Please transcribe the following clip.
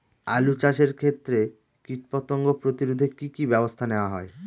আলু চাষের ক্ষত্রে কীটপতঙ্গ প্রতিরোধে কি কী ব্যবস্থা নেওয়া হয়?